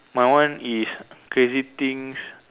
my one is crazy things